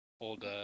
old